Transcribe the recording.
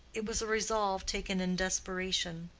it was a resolve taken in desperation.